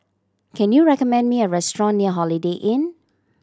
can you recommend me a restaurant near Holiday Inn